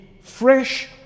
fresh